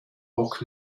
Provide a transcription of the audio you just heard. bock